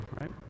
right